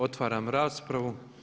Otvaram raspravu.